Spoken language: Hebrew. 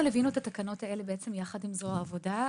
אנחנו ליווינו את התקנות האלה יחד עם זרוע העבודה.